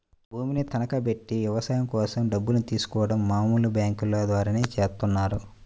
భూమిని తనఖాబెట్టి వ్యవసాయం కోసం డబ్బుల్ని తీసుకోడం మామూలు బ్యేంకుల ద్వారానే చేత్తన్నారు